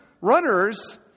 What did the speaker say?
runners